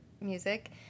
music